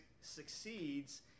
succeeds